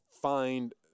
find